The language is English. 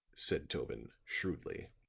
said tobin, shrewdly,